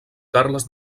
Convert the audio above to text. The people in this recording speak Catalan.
carles